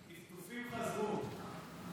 הטפטופים חזרו.